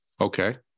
Okay